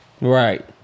Right